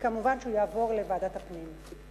מובן שהיא תעבור לוועדת הפנים.